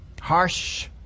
Harsh